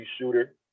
Shooter